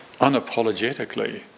unapologetically